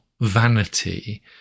vanity